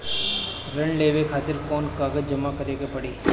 ऋण लेवे खातिर कौन कागज जमा करे के पड़ी?